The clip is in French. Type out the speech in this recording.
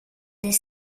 des